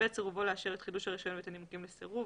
סירובו לאשר את חידוש הרישיון ואת הנימוקים לסירוב.